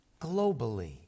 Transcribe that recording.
Globally